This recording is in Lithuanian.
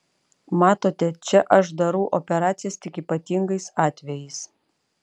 matote čia aš darau operacijas tik ypatingais atvejais